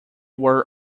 were